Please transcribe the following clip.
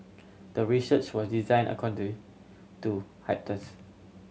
the research was design to